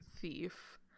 thief